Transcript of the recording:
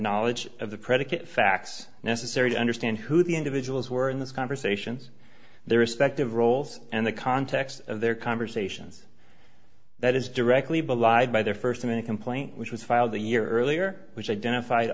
knowledge of the predicate facts necessary to understand who the individuals were in this conversations their respective roles and the context of their conversations that is directly belied by their first american plane which was filed a year earlier which identified